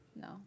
No